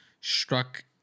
struck